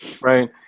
Right